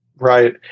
Right